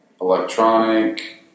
electronic